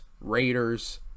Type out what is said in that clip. Raiders